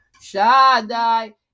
Shaddai